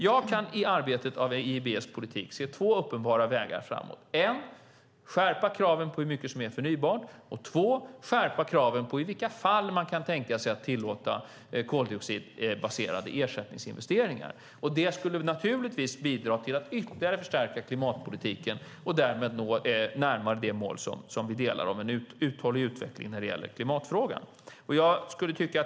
Jag kan i arbetet med EIB:s politik se två uppenbara vägar framåt. En är att skärpa kraven på hur mycket som är förnybart, och en annan är att skärpa kraven på i vilka fall man kan tänka sig att tillåta koldioxidbaserade ersättningsinvesteringar. Det skulle naturligtvis bidra till att ytterligare förstärka klimatpolitiken och därmed närmare nå det mål som vi delar om en uthållig utveckling av klimatfrågan.